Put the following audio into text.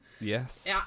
Yes